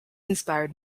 inspired